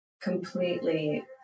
completely